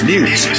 News